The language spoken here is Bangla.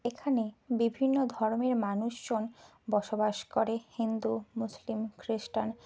এখানে বিভিন্ন ধর্মের মানুষজন বসবাস করে হিন্দু মুসলিম খ্রিস্টান